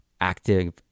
active